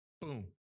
boom